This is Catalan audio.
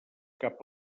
cap